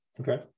okay